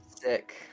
Sick